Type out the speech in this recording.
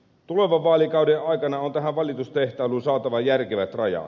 tulevan vaalikauden aikana on tähän valitustehtailuun saatava järkevät rajat